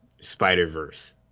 Spider-Verse